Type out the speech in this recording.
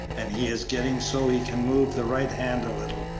and he is getting so he can move the right hand a little,